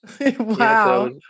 Wow